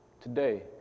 today